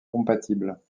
compatibles